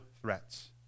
threats